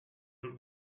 but